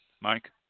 Mike